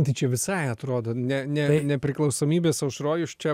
tai čia visai atrodo ne ne nepriklausomybės aušroj jūs čia